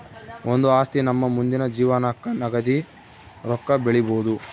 ಒಂದು ಆಸ್ತಿ ನಮ್ಮ ಮುಂದಿನ ಜೀವನಕ್ಕ ನಗದಿ ರೊಕ್ಕ ಬೆಳಿಬೊದು